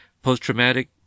post-traumatic